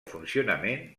funcionament